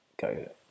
go